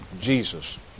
Jesus